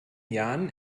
jahren